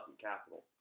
capital